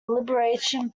libertarian